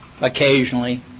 occasionally